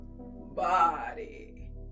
body